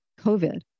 COVID